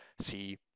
see